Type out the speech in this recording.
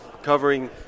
covering